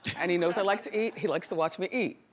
and he knows i like to eat. he likes to watch me eat.